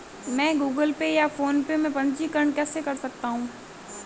मैं Google pay या PhonePe में पंजीकरण कैसे कर सकता हूँ?